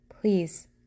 please